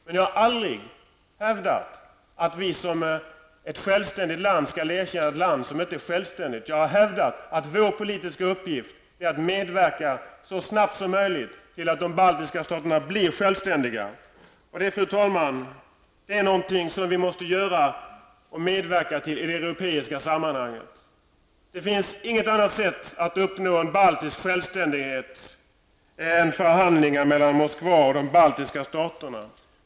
Men jag har aldrig hävdat att Sverige som ett självständigt land skall erkänna ett land som inte är självständigt. Jag har hävdat att vår politiska uppgift är att medverka till att de baltiska staterna så snabbt som möjligt blir självständiga. Fru talman! Detta är något som vi måste medverka till i det europeiska sammanhanget. Det finns inget annat sätt att uppnå en baltisk självständighet än förhandlingar mellan Moskva och de baltiska staterna.